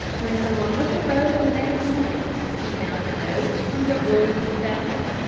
when columbus arose the next morning he found a note from the royal confessor,